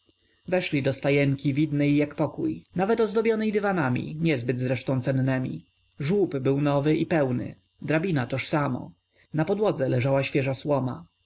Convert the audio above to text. weszli do stajenki widnej jak pokój nawet ozdobionej dywanami nie zbyt zresztą cennemi żłób był nowy i pełny drabina tożsamo na podłodze leżała świeża słoma